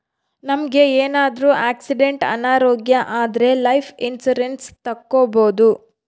ನಮ್ಗೆ ಏನಾದ್ರೂ ಆಕ್ಸಿಡೆಂಟ್ ಅನಾರೋಗ್ಯ ಆದ್ರೆ ಲೈಫ್ ಇನ್ಸೂರೆನ್ಸ್ ತಕ್ಕೊಬೋದು